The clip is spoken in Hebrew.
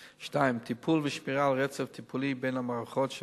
2. טיפול ושמירה על רצף טיפולי בין המערכות של